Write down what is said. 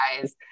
guys